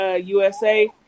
USA